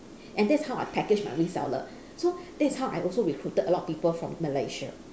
and that is how I packaged my reseller so that is how I also recruited a lot of people from malaysia